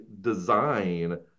design